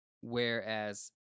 Whereas